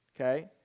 Okay